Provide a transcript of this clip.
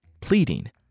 pleading